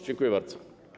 Dziękuję bardzo.